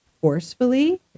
forcefully